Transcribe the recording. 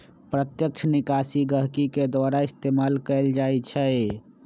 प्रत्यक्ष निकासी गहकी के द्वारा इस्तेमाल कएल जाई छई